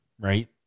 right